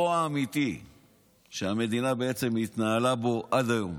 של רוע אמיתי שהמדינה בעצם התנהלה בו עד היום.